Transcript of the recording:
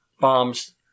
bombs